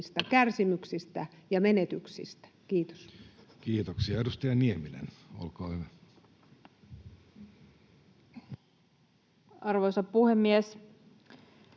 kärsimyksistä ja menetyksistä. — Kiitos. Kiitoksia. — Edustaja Nieminen, olkaa hyvä. Arvoisa puhemies!